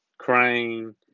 Crying